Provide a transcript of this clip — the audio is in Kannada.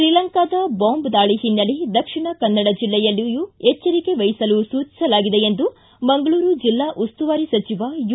ಶ್ರೀಲಂಕಾದ ಬಾಂಬ್ ದಾಳಿ ಹಿನ್ನೆಲೆ ದಕ್ಷಿಣ ಕನ್ನಡ ಜಿಲ್ಲೆಯಲ್ಲಿಯೂ ಎಚ್ಚರಿಕೆ ವಹಿಸಲು ಸೂಚಿಸಲಾಗಿದೆ ಎಂದು ಮಂಗಳೂರು ಜೆಲ್ಲಾ ಉಸ್ತುವಾರಿ ಸಚಿವ ಯು